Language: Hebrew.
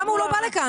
למה הוא לא בא לכאן?